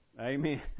Amen